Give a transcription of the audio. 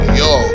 yo